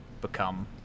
become